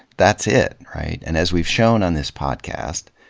that's it, right? and as we've shown on this podcast,